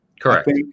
correct